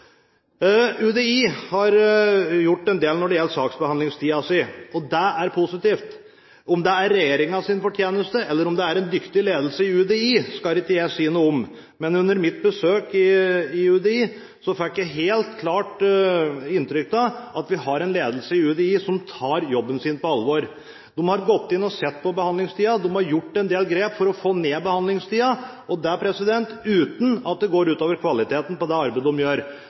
UDI har gjort en del når det gjelder saksbehandlingstiden sin, og det er positivt. Om det er regjeringens fortjeneste, eller om det er en dyktig ledelse i UDI, skal ikke jeg si noe om. Men under mitt besøk i UDI fikk jeg helt klart inntrykk av at vi har en ledelse i UDI som tar jobben sin på alvor. De har gått inn og sett på behandlingstiden, og de har tatt en del grep for å få den ned, og det uten at det går ut over kvaliteten på det arbeidet de gjør.